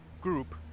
group